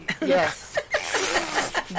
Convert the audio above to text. Yes